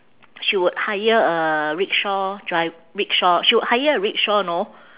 she would hire a rickshaw dri~ rickshaw she would hire a rickshaw know